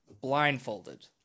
blindfolded